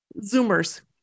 zoomers